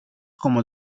como